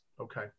Okay